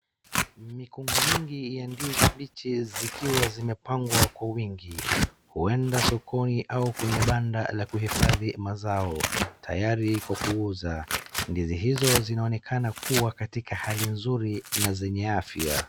Mikungu mingi ya ndizi mbichi zikiwa zimepangwa kwa wingi, huenda sokoni au kwenye banda la kuhifadhi mazao tayari kwa kuuza. Ndizi hizo zinaonekana kuwa katika hali nzuri na zenye afya.